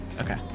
Okay